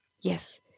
Yes